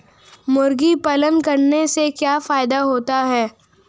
मुर्गी पालन करने से क्या फायदा होता है?